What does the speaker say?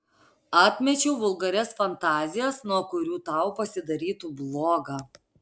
atmečiau vulgarias fantazijas nuo kurių tau pasidarytų bloga